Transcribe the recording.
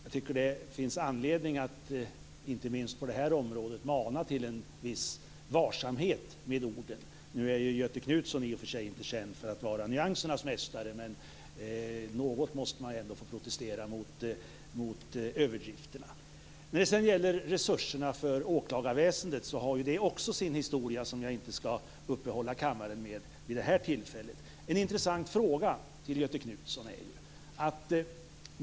Jag tycker att det finns anledning att, inte minst på det här området, mana till en viss varsamhet med orden. Nu är ju Göthe Knutson i och för sig inte känd för att vara nyansernas mästare, men något måste man ändå få protestera mot överdrifterna. När det sedan gäller resurserna till åklagarväsendet så har ju det också sin historia. Den skall jag inte uppehålla kammaren med vid det här tillfället. Jag har en intressant fråga till Göthe Knutson.